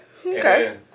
okay